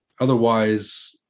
Otherwise